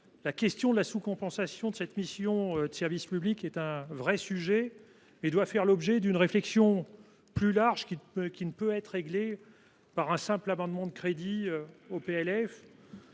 La question de la sous compensation de cette mission de service public est un réel sujet et doit faire l’objet d’une réflexion plus large. Celle ci ne peut en effet pas être réglée par un simple amendement de crédits sur